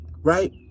right